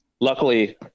luckily